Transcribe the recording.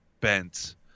bent